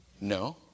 No